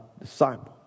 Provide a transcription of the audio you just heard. disciple